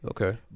Okay